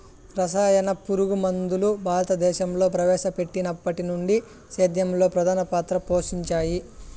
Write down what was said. రసాయన పురుగుమందులు భారతదేశంలో ప్రవేశపెట్టినప్పటి నుండి సేద్యంలో ప్రధాన పాత్ర పోషించాయి